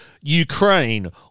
Ukraine